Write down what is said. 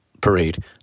parade